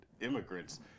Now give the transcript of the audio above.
immigrants